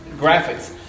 graphics